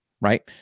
right